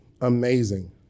amazing